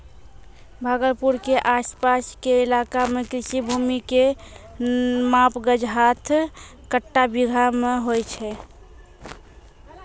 भागलपुर के आस पास के इलाका मॅ कृषि भूमि के माप गज, हाथ, कट्ठा, बीघा मॅ होय छै